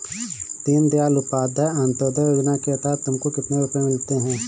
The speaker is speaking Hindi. दीन दयाल उपाध्याय अंत्योदया योजना के तहत तुमको कितने रुपये मिलते हैं